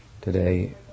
today